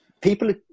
people